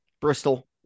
Bristol